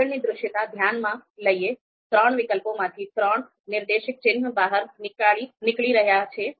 માપદંડની દૃશ્યતા ધ્યાનમાં લઈયે ત્રણ વિકલ્પોમાંથી ત્રણ નિર્દેશક ચિહ્ન બહાર નીકળી રહ્યા છે